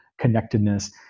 connectedness